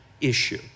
issue